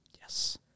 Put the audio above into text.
Yes